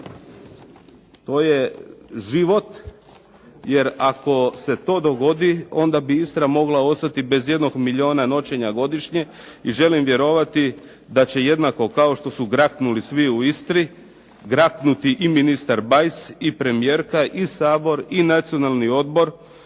To je život, jer ako se to dogodi onda bi Istra mogla ostati bez jednog milijuna noćenja godišnje, i želim vjerovati da će jednako kao što su graknuli svi u Istri, graknuti i ministar Bajs i premijerka, i Sabor, i Nacionalni odbor